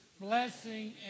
blessing